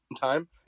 time